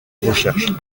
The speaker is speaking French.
recherche